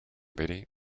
betty